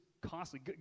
costly